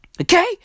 Okay